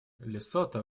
лесото